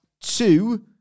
Two